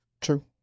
True